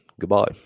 Goodbye